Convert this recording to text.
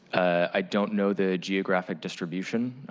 i don't know the geographic distribution.